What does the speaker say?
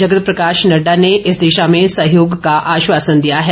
जगत प्रकाश नड्डा ने इस दिशा में सहयोग का आश्वासन दिया है